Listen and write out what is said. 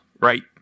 right